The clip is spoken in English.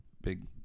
big –